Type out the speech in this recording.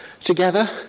together